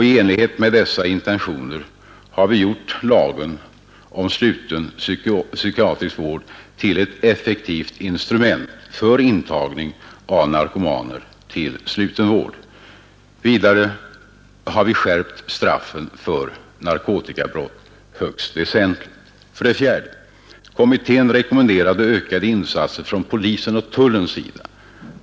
I enlighet med dessa intentioner har vi gjort lagen om sluten psykiatrisk vård till ett effektivt instrument för intagning av narkomaner till sluten vård. Vidare har vi skärpt straffen för narkotikabrott högst väsentligt. 4. Kommittén rekommenderade ökade insatser från polisens och tullens sida.